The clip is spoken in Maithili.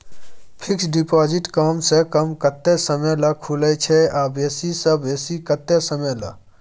फिक्सड डिपॉजिट कम स कम कत्ते समय ल खुले छै आ बेसी स बेसी केत्ते समय ल?